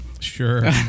Sure